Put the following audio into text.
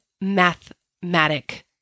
mathematic